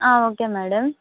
ఆ okay madam